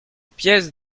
pièce